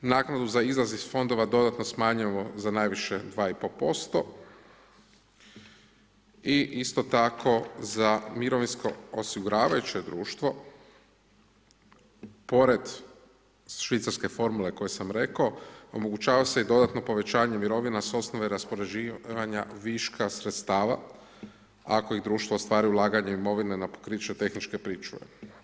Naknadu za izlaz iz fondova dodatno smanjujemo za najviše 2,5% i isto tako za mirovinsko osiguravajuće društvo pored švicarske formule koju sam rekao omogućava se i dodatno povećanje mirovina s osnove raspoređivanja viška sredstava ako društvo ostvari ulaganje imovine na pokriće tehničke pričuve.